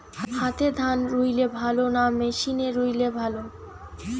হাতে ধান রুইলে ভালো না মেশিনে রুইলে ভালো?